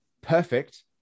perfect